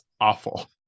awful